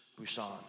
Busan